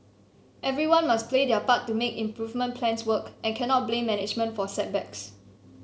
everyone must play their part to make improvement plans work and cannot blame management for setbacks